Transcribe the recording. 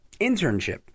internship